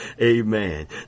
Amen